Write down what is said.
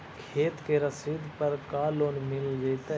खेत के रसिद पर का लोन मिल जइतै?